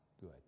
good